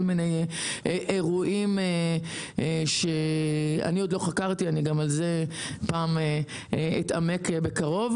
מיני אירועים שאני עוד לא חקרתי וגם בזה אתעמק בקרוב.